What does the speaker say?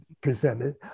presented